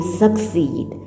succeed